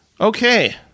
Okay